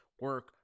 Work